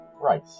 right